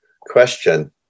question